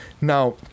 now